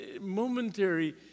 momentary